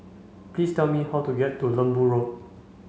please tell me how to get to Lembu Road